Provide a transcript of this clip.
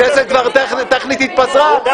הכנסת כבר התפזרה, טכנית.